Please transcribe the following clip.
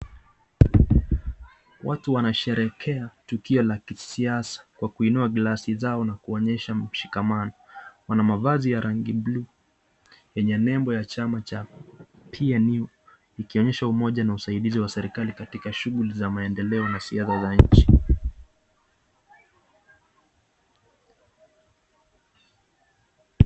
Watu wanasherekea tukio la kisiasa kwa kuinua glasi zao na kuonyesha mshikamano ,wana mavazi ya rangi bluu yenye nembo ya chama cha PNU ,ikionyesha umoja na usaidizi wa serikali katika shughuli za uendelezi wa siasa za nchi.